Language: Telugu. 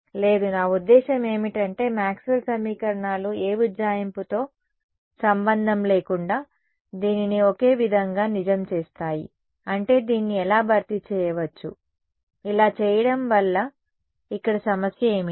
లేదు నా ఉద్దేశ్యం ఏమిటంటే మాక్స్వెల్ సమీకరణాలు ఏ ఉజ్జాయింపుతో సంబంధం లేకుండా దీనిని ఒకే విధంగా నిజం చేస్తాయి అంటే దీన్ని ఎలా భర్తీ చేయవచ్చు ఇలా చేయడం వల్ల ఇక్కడ సమస్య ఏమిటి